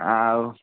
ଆଉ